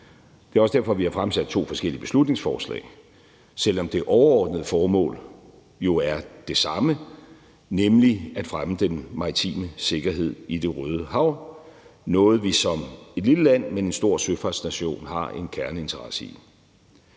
Det er også derfor, vi har fremsat to forskellige beslutningsforslag, selv om det overordnede formål jo er det samme, nemlig at fremme den maritime sikkerhed i Det Røde Hav; noget, vi som et lille land, men en stor søfartsnation har en kerneinteresse i.